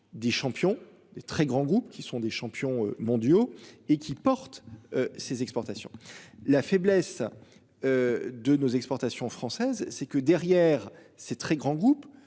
Des champions des très grands groupes qui sont des champions mondiaux et qui porte. Ses exportations. La faiblesse. De nos exportations françaises c'est que derrière ces très grands groupes